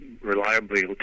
reliably